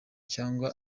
cyangwa